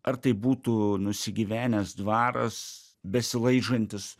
ar tai būtų nusigyvenęs dvaras besilaižantis